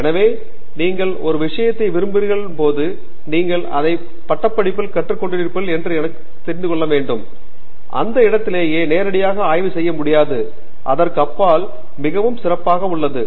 எனவே நீங்கள் ஒரு விஷயத்தை விரும்புகிறீர்கள் போது நீங்கள் அதை பட்டப்படிப்பில் கற்றுக் கொண்டிருப்பீர்கள் என்று தெரிந்து கொள்ள வேண்டும் அந்த இடத்திலேயே நேரடியாக ஆய்வு செய்ய முடியாது அதற்கும் அப்பால் மிகவும் சிறப்பாக உள்ளது